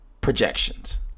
projections